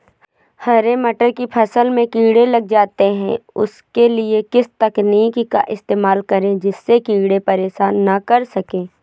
हरे मटर की फसल में कीड़े लग जाते हैं उसके लिए किस तकनीक का इस्तेमाल करें जिससे कीड़े परेशान ना कर सके?